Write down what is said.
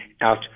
out